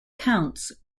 counts